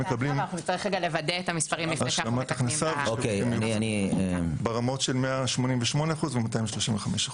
שמקבלים השלמת הכנסה ושירותים נוספים ברמות של 188% ו-235%.